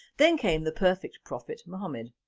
then came the perfect prophet, muhammad.